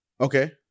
Okay